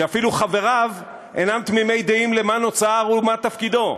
שאפילו חבריו אינם תמימי דעים לְמה נוצר ומה תפקידו.